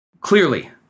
Clearly